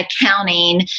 accounting